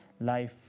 life